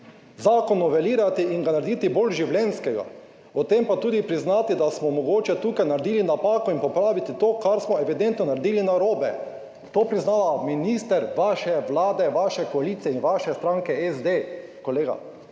zakon novelirati in ga narediti bolj življenjskega, ob tem pa tudi priznati, da smo mogoče tukaj naredili napako in popraviti to, kar smo evidentno naredili narobe. To priznava minister vaše Vlade, vaše koalicije in vaše stranke SD, kolega.